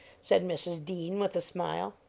said mrs. dean, with a smile.